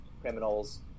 criminals